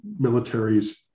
militaries